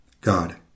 God